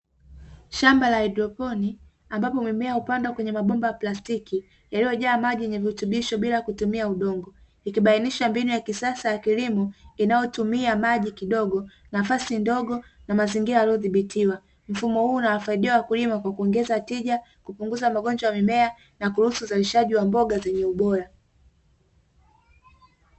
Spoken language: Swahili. Shamba la haidroponi ambapo mimea hupandwa kwenye mabomba ya plastiki yaliyojaa maji na virutubisho bila kutumia udongo, ikibainisha mbinu ya kisasa ya kilimo inayotumia maji kidogo, nafasi ndogo na mazingira yaliyodhibitiwa. Mfumo huu unawasaidia wakulima kwa kuongeza tija, kupunguza magonjwa ya mimea na kuruhusu uzalishaji wa mboga zenye ubora.